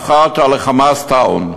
הפכה אותה ל"חמאס טאון".